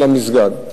אלא מסגד.